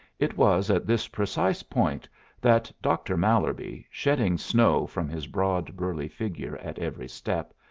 it was at this precise point that doctor mallerby, shedding snow from his broad, burly figure at every step,